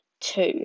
two